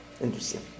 Interesting